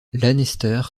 lanester